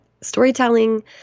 storytelling